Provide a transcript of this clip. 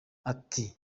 ati